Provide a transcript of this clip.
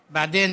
אחריך,